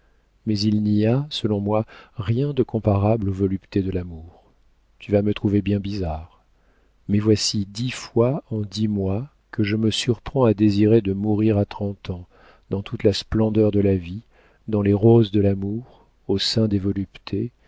mais il n'y a selon moi rien de comparable aux voluptés de l'amour tu vas me trouver bien bizarre mais voici dix fois en dix mois que je me surprends à désirer de mourir à trente ans dans toute la splendeur de la vie dans les roses de l'amour au sein des voluptés